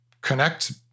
connect